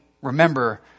remember